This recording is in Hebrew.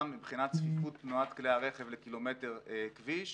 מבחינת צפיפות תנועת כלי הרכב לקילומטר כביש.